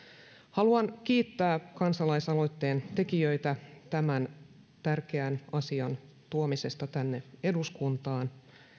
haluan kiittää kansalaisaloitteen tekijöitä tämän tärkeän asian tuomisesta tänne eduskuntaan